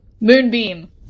Moonbeam